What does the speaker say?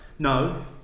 No